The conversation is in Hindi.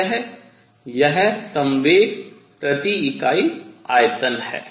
अत यह संवेग प्रति इकाई आयतन है